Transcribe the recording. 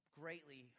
greatly